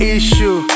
Issue